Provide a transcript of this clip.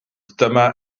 dyma